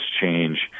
change